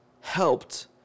helped